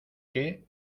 que